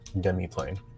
demi-plane